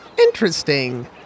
Interesting